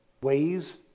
ways